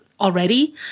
already